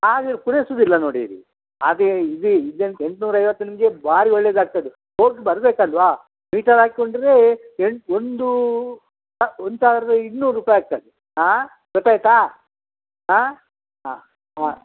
ಹಾಗೆ ಪೂರೈಸುವುದಿಲ್ಲ ನೋಡಿರಿ ಅದೇ ಇದೇ ಇದೆಂತ ಎಂಟ್ನೂರ ಐವತ್ತು ನಿಮಗೆ ಭಾರೀ ಒಳ್ಳೆಯದಾಗ್ತದೆ ಹೋಗಿ ಬರಬೇಕಲ್ವಾ ಮೀಟರ್ ಹಾಕ್ಕೊಂಡ್ರೆ ಎಂಟು ಒಂದು ಒಂದು ಸಾವಿರದ ಇನ್ನೂರು ರೂಪಾಯಿ ಆಗ್ತದೆ ಆಂ ಗೊತ್ತಾಯಿತಾ ಆಂ ಹಾಂ ಹಾಂ